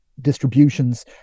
distributions